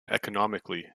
economically